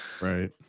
Right